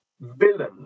villain